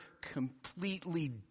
completely